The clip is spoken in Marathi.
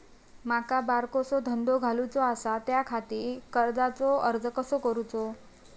माका बारकोसो धंदो घालुचो आसा त्याच्याखाती कर्जाचो अर्ज कसो करूचो?